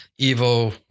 Evo